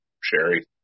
Sherry